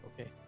okay